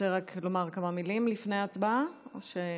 רוצה לומר כמה מילים לפני הצבעה או לסכם?